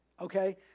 Okay